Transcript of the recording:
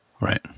Right